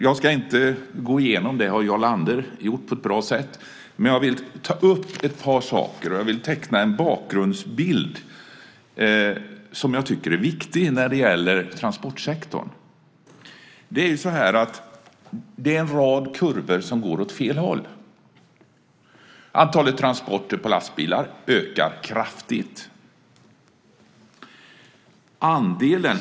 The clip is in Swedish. Jag ska inte gå igenom det. Det har Jarl Lander gjort på ett bra sätt. Men jag vill ta upp ett par saker, och jag vill teckna en bakgrundsbild som jag tycker är viktig när det gäller transportsektorn. Det är ju så att det är en rad kurvor som går åt fel håll. Antalet tranporter med lastbilar ökar kraftigt.